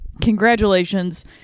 Congratulations